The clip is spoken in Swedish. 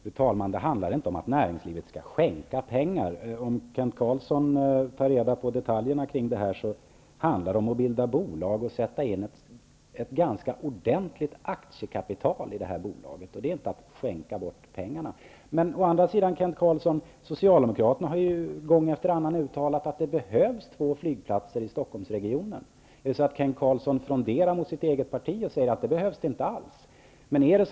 Fru talman! Det handlar inte om att näringslivet skall skänka pengar. Om Kent Carlsson tar reda på detaljerna kring detta, får han veta att det handlar om att bilda bolag och att sätta in ett ganska ordentligt aktiekapital i det. Det är inte att skänka pengar. Socialdemokraterna har ju gång efter annan uttalat att det behövs två flygplatser i Stockholmsregionen. Fronderar Kent Carlsson mot sitt eget parti och säger att det inte alls behövs?